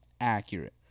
accurate